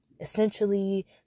essentially